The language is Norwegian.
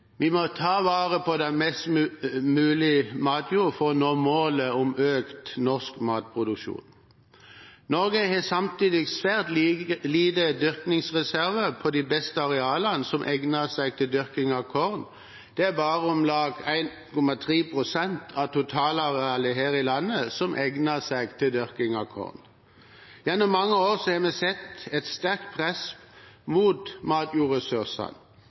Vi må ta vare på mest mulig matjord for å nå målet om økt norsk matproduksjon. Norge har samtidig svært lite dyrkingsreserver på de beste arealene som egner seg for dyrking av korn. Det er bare om lag 1,3 pst. av totalarealet her i landet som egner seg for dyrking av korn. Gjennom mange år har vi sett at det er et sterkt press mot matjordressursene.